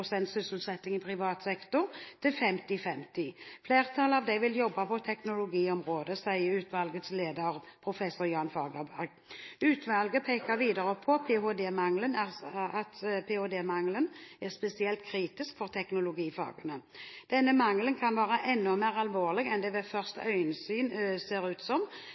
sysselsetting i privat sektor til 50–50. Flertallet av dem vil jobbe på teknologiområdet, sier utvalgets leder, professor Jan Fagerberg. Utvalget peker videre på at ph.d.-mangelen er spesielt kritisk for teknologifagene. Denne mangelen kan være enda mer alvorlig enn det ved første øyekast ser ut som,